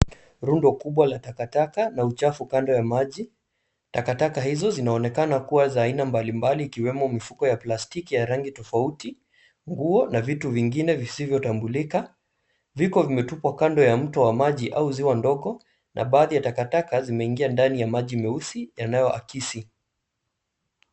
Rundo kubwa la takataka na uchafu kando ya maji. Takataka hizo zinazonekana kuwa za aina mbalimbali ikiwemo mifuko ya plastiki ya rangi tofauti, nguo na vitu vingine visivyotambulika. Viko vimetupwa kando ya mto wa maji au ziwa ndogo na baadhi ya takataka zimeingia ndani ya maji meusi yanayoakisi.